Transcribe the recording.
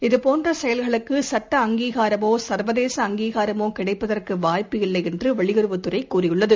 இது போன்றசெயல்களுக்குசட்ட அங்கீகாரமோசர்வதேச அங்கீகாரமோகிடைப்பதற்குவாய்ப்பில்லைஎன்றுவெளியுறவுத் துறைதெரிவித்துள்ளது